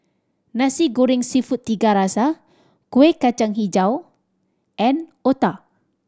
Nasi Goreng Seafood Tiga Rasa Kueh Kacang Hijau and otah